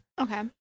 Okay